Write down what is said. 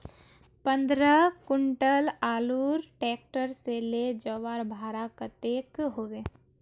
पंद्रह कुंटल आलूर ट्रैक्टर से ले जवार भाड़ा कतेक होबे?